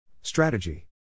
Strategy